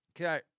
Okay